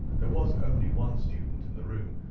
there was only one student in the room,